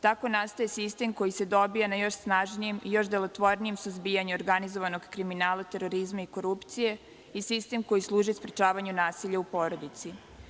Tako nastaje sistem koji se dobija na još snažnijem i još delotvornijem suzbijanju organizovanog kriminala, terorizma i korupcije i sistem koji služi sprečavanju nasilja u porodici.